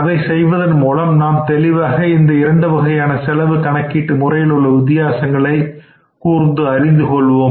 அதை செய்வதன் மூலம் நாம் தெளிவாக இந்த இரண்டு வகையான செலவு கணக்கீட்டு முறையிகளில் உள்ள வித்தியாசங்களை அறிந்து கொள்வோமாக